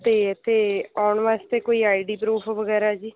ਅਤੇ ਅਤੇ ਆਉਣ ਵਾਸਤੇ ਕੋਈ ਆਈ ਡੀ ਪਰੂਫ ਵਗੈਰਾ ਜੀ